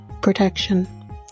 protection